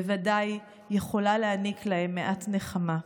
בוודאי יכולה להעניק להם מעט נחמה.